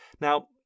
Now